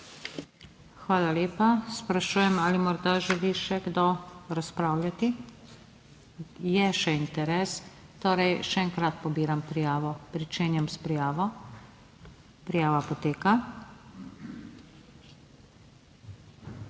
Hvala lepa. Sprašujem, ali morda želi še kdo razpravljati? (Da.) Je še interes, torej še enkrat pobiram prijavo. Pričenjam s prijavo, prijava poteka